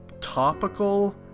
topical